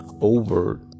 over